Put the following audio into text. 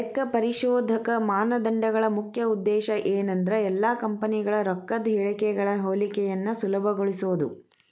ಲೆಕ್ಕಪರಿಶೋಧಕ ಮಾನದಂಡಗಳ ಮುಖ್ಯ ಉದ್ದೇಶ ಏನಂದ್ರ ಎಲ್ಲಾ ಕಂಪನಿಗಳ ರೊಕ್ಕದ್ ಹೇಳಿಕೆಗಳ ಹೋಲಿಕೆಯನ್ನ ಸುಲಭಗೊಳಿಸೊದು